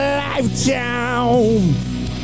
lifetime